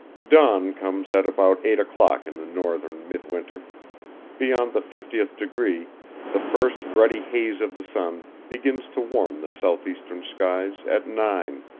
dawn comes at about eight o'clock in the northern mid-winter beyond the fiftieth degree the first ruddy haze of the sun begins to warm the southeastern skies at nine,